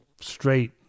straight